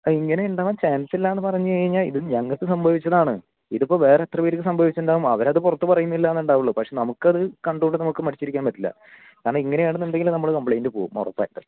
ഇങ്ങനെ ഉണ്ടാകാൻ ചാൻസില്ലാന്ന് പറഞ്ഞ് കഴിഞ്ഞാൽ ഇത് ഞങ്ങൾക്ക് സംഭവിച്ചതാണ് ഇതിപ്പോൾ വേറെ എത്ര പേർക്ക് സംഭവിച്ചിട്ടുണ്ടാകും അവർ അത് പുറത്ത് പറയുന്നില്ലാന്ന് ഉണ്ടാകുള്ളൂ പക്ഷേ നമുക്ക് അത് കണ്ടോണ്ട് നമുക്ക് മടിച്ചിരിക്കാൻ പറ്റില്ല കാരണം ഇങ്ങനെയാണെന്ന് ഉണ്ടെങ്കിൽ നമ്മൾ കംപ്ലെയ്ൻറ്റ് പോകും ഉറപ്പായിട്ടും